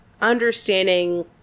understanding